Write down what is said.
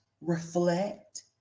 reflect